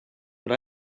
but